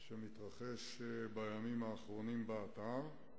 שמתרחש בימים האחרונים באתר.